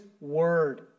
Word